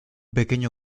pequeño